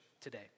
today